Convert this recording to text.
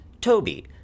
Toby